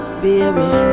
baby